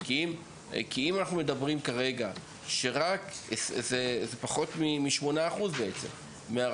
כי אם אנחנו מדברים כרגע על כך שזה בעצם פחות משמונה אחוז מהרשויות,